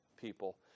people